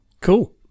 Cool